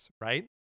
right